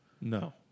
No